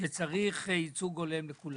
שצריך ייצוג הולם לכולם.